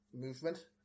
movement